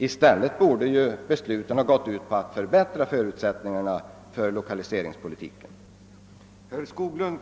I stället borde ju besluten ha syftat till att förbättra lokaliseringspolitikens förutsättningar.